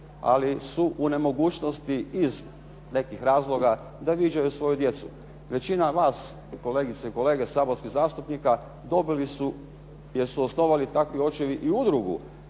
ali su u nemogućnosti iz nekih razloga da viđaju svoju djecu. Većina vas, kolegice i kolege saborskih zastupnika dobili su jer su osnovali takvi očevi i udrugu,